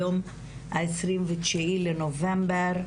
היום ה - 29 לנובמבר,